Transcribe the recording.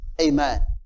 Amen